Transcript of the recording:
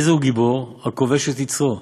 איזהו גיבור, הכובש את יצרו,